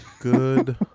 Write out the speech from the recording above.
Good